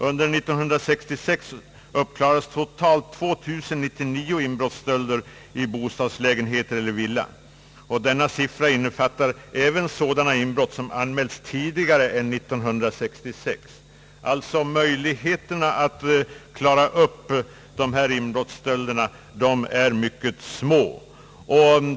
Under år 1966 uppklarades totalt 2 099 inbrottsstölder i bostadslägenheter eller villor. Denna siffra innefattar även sådana brott som anmäldes före år 1966. Möjligheterna att klara upp dessa inbrottsstölder är således mycket små.